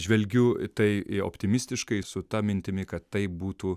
žvelgiu tai optimistiškai su ta mintimi kad tai būtų